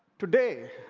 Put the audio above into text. today,